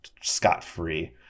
scot-free